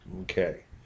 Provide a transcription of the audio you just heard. Okay